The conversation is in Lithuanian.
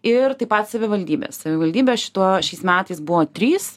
ir taip pat savivaldybės savivaldybės šituo šiais metais buvo trys